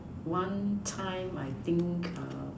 one time I think err